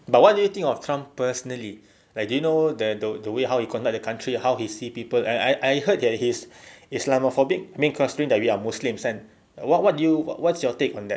but what you think of trump personally like do you know that the the way how he conduct the country how he see people I I heard that he's islamophobic I mean cause we are muslims kan what what do you what's your take on that